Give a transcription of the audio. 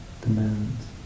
demands